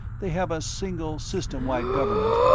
they have a single system-wide government,